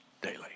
daily